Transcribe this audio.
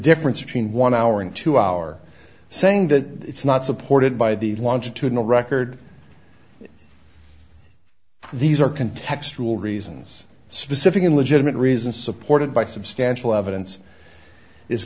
difference between one hour into our saying that it's not supported by the launch to no record these are can text rule reasons specific and legitimate reasons supported by substantial evidence is